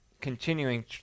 continuing